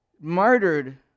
martyred